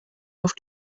auf